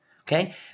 Okay